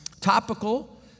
topical